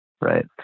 Right